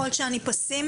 יכול להיות שאני פסימית,